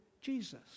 Jesus